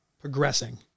progressing